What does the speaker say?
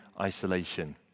isolation